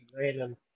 random